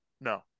No